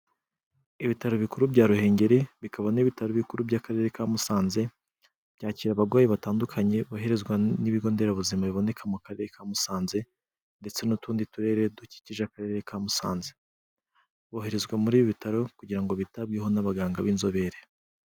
Ibitaro bikuru bya Ruhengeri, bikaba n'ibitaro bikuru by'Akarere ka Musanze byakira abagwayi batandukanye boherezwa n'ibigo nderabuzima biboneka mu Karere ka Musanze, ndetse n'utundi turere dukikije Akarere ka Musanze. Boherezwa muri ibi bitaro kugira ngo bitabweho n'abaganga b'inzobere.